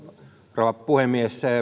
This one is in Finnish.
rouva puhemies